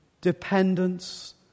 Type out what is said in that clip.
dependence